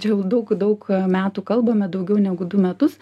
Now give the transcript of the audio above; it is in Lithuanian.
čia jau daug daug metų kalbame daugiau negu du metus